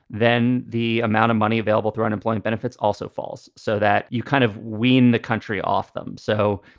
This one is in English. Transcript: then the amount of money available through unemployment benefits also falls so that you kind of wean the country off them. so,